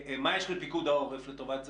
מה יש לפיקוד העורף לטובת זה?